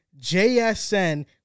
JSN